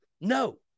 No